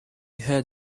heard